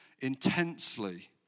intensely